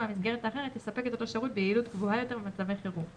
והמסגרת האחרת תספק את אותו שירות ביעילות גבוהה יותר במצבי חירום;